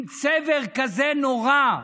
עם צבר כזה נורא,